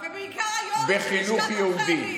ובעיקר היו"רים של לשכת עורכי הדין.